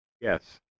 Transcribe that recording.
Yes